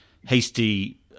hasty